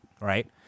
right